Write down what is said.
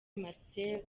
marcel